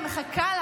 אני לא מבינה